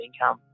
income